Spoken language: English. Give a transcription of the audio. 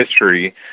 history